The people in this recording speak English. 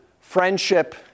friendship